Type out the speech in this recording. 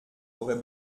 aurait